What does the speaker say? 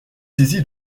saisi